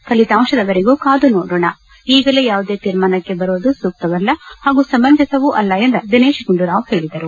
ಫಲಿತಾಂಶದವರೆಗೂ ಕಾದು ನೋಡೋಣ ಈಗಲೇ ಯಾವುದೇ ತೀರ್ಮಾನಕ್ಕೆ ಬರುವುದು ಸೂಕ್ತ ಹಾಗೂ ಸಮಂಜಸ ಅಲ್ಲ ಎಂದು ದಿನೇಶ್ಗುಂಡೂರಾವ್ ಹೇಳಿದರು